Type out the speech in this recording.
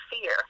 fear